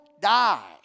die